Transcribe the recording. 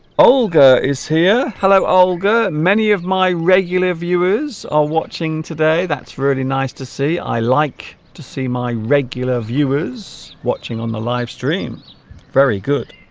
olga is here hello olga many of my regular viewers are watching today that's really nice to see i like to see my regular viewers watching on the live stream very good